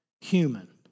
human